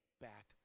back